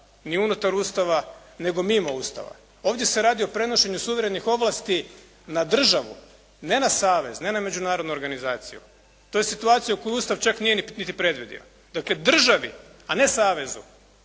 ni unutar Ustava nego mimo Ustava. Ovdje se radi o prenošenju suverenih ovlasti na državu. Ne na savez. Ne na međunarodnu organizaciju. To je situacija koju Ustav nije čak niti predvidio. Dakle državi, a ne savezu